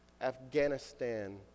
Afghanistan